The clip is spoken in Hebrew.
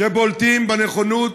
שבולטים בנכונות,